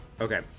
Okay